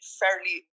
fairly